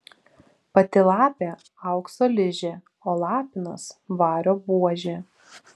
pati lapė aukso ližė o lapinas vario buožė